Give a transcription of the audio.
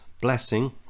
Blessing